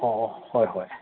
ꯑꯣ ꯍꯣꯏ ꯍꯣꯏ